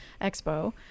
expo